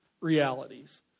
realities